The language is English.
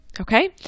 okay